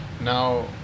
Now